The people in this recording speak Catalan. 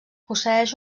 posseeix